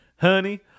Honey